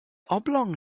oblong